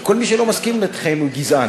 כי כל מי שלא מסכים אתכם הוא גזען.